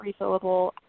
refillable